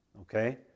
okay